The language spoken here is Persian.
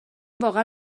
واقعا